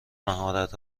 مهارت